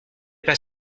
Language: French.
pas